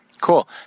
Cool